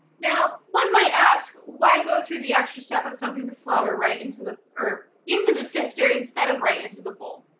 now, one might ask why go through the extra step of dumping to flour right into the, into the sifter instead of right into the bowl.